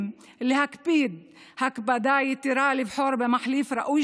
להקפיד הקפדה יתרה לבחור במחליף ראוי,